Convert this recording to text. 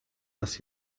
das